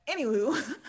Anywho